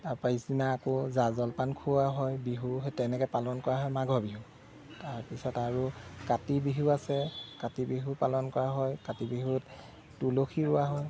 তাৰ পৰা পিছদিনা আকৌ জা জলপান খুওৱা হয় বিহু সেই তেনেকৈ পালন কৰা হয় মাঘৰ বিহু তাৰপিছত আৰু কাতি বিহু আছে কাতি বিহু পালন কৰা হয় কাতি বিহুত তুলসী ৰোৱা হয়